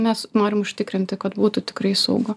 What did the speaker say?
mes norim užtikrinti kad būtų tikrai saugu